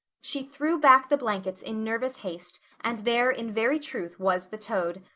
she threw back the blankets in nervous haste and there in very truth was the toad,